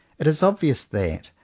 it is obvious that,